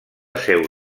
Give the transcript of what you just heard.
seu